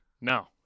no